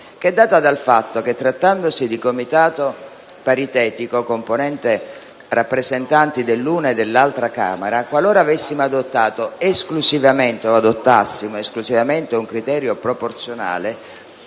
riferisco al fatto che, trattandosi di comitato paritetico, comprendente rappresentanti dell'una e dell'altra Camera, qualora avessimo adottato, o adottassimo, esclusivamente un criterio proporzionale,